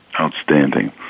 Outstanding